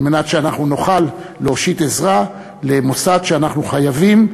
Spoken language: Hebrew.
כדי שאנחנו נוכל להושיט עזרה למוסד שאנחנו חייבים,